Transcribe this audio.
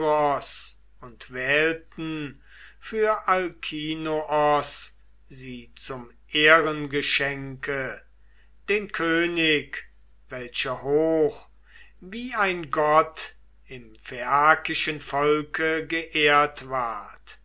und wählten für alkinoos sie zum ehrengeschenke den könig welcher hoch wie ein gott im phaiakischen volke geehrt ward